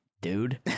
dude